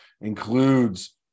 includes